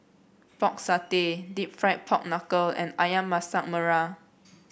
Pork Satay deep fried Pork Knuckle and ayam Masak Merah